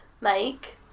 make